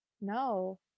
No